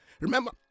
Remember